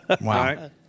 Wow